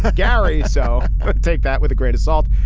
gary. so take that with a grain of salt.